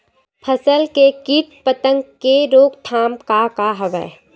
फसल के कीट पतंग के रोकथाम का का हवय?